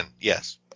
yes